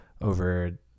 over